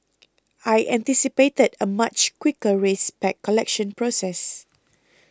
I anticipated a much quicker race pack collection process